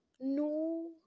no